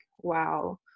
wow